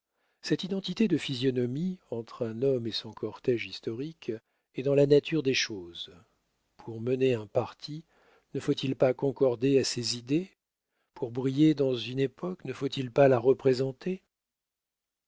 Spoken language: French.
cette identité de physionomie entre un homme et son cortége historique est dans la nature des choses pour mener un parti ne faut-il pas concorder à ses idées pour briller dans une époque ne faut-il pas la représenter